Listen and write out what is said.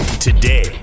Today